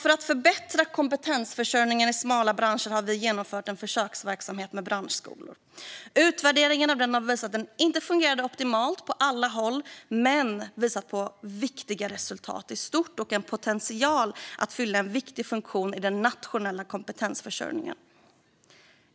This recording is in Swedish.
För att förbättra kompetensförsörjningen i smala branscher har vi genomfört en försöksverksamhet med branschskolor. Utvärderingen av den har visat att den inte har fungerat optimalt på alla håll, men den visar på viktiga resultat i stort och en potential att fylla en viktig funktion i den nationella kompetensförsörjningen.